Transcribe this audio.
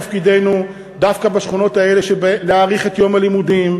תפקידנו דווקא בשכונות האלה להאריך את יום הלימודים,